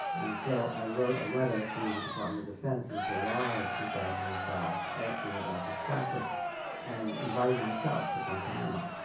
and so i wrote a letter to the department of defence in july of two thousand and five asking about this practice and inviting myself to guantanamo.